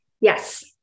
Yes